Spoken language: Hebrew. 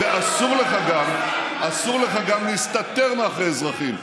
ואסור לך גם להסתתר מאחורי אזרחים.